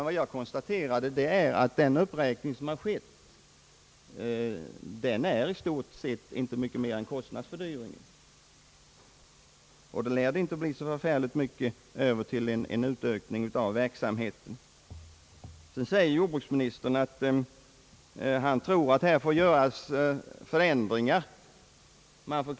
Vad jag konstaterade var att den uppräkning som skett i stort sett inte motsvarar mer än kostnadsfördyringen, och då lär det inte bli så förfärligt mycket över till en utökning av verksamheten. Vidare säger jordbruksministern, att han tror att man får göra förändringar på försöksområdet.